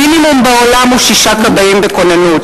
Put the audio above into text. המינימום בעולם הוא שישה כבאים בכוננות.